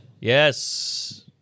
Yes